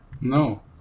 No